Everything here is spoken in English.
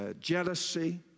jealousy